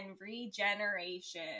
regeneration